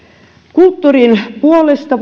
kulttuurin puolesta